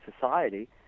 society